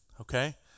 okay